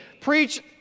preach